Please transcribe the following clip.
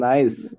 Nice